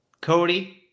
Cody